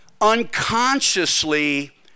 unconsciously